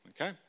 Okay